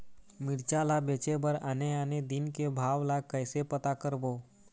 मिरचा ला बेचे बर आने आने दिन के भाव ला कइसे पता करबो?